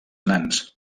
nans